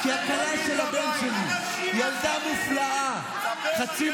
כי הכלה של הבן שלי, ילדה מופלאה, חצי